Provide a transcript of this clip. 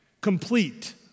Complete